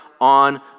on